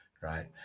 right